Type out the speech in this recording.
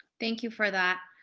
thank you for that.